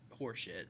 horseshit